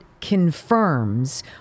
confirms